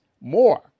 more